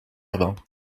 urbains